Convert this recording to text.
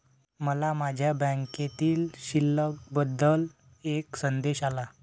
मला माझ्या बँकेतील शिल्लक बद्दल एक संदेश आला